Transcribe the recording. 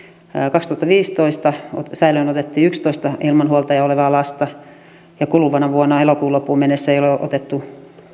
kaksituhattaviisitoista säilöön otettiin yhdentoista ilman huoltajaa olevaa lasta ja kuluvana vuonna elokuun loppuun mennessä ei ole otettu